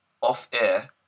off-air